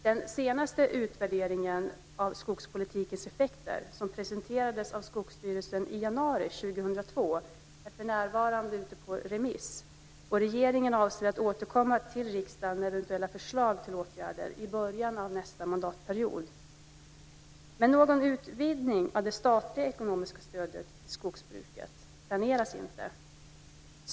Den senaste utvärderingen av skogspolitikens effekter, som presenterades av Skogsstyrelsen i januari 2002, är för närvarande ute på remiss, och regeringen avser att återkomma till riksdagen med eventuella förslag till åtgärder i början på nästa mandatperiod. Men någon utvidgning av det statliga ekonomiska stödet till skogsbruket planeras inte.